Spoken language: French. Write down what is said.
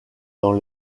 dans